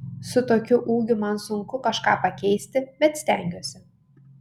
su tokiu ūgiu man sunku kažką pakeisti bet stengiuosi